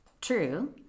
true